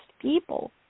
people